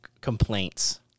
complaints